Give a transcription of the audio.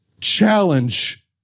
challenge